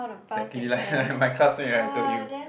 exactly like like my classmate right I told you